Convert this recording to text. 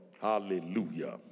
Hallelujah